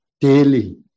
Daily